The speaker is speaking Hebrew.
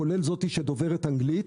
כולל אלה שדוברות אנגלית,